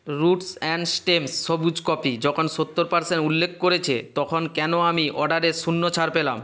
roots and stems সবুজ coffee যখন সত্তর পারসেন্ট উল্লেখ করেছে তখন কেন আমি অর্ডারে শূন্য ছাড় পেলাম